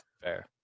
Fair